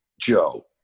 Joe